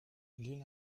l’île